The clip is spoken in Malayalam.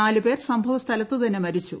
നാല് പേർ സംഭവസ്ഥലത്തുതന്നെ മരിച്ചു